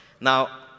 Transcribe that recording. Now